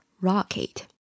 Rocket